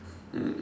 mm